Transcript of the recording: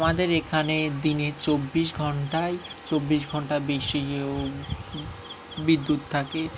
আমাদের এখানে দিনের চব্বিশ ঘন্টায় চব্বিশ ঘন্টা বেশি বিদ্যুৎ থাকে